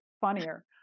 funnier